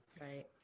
Right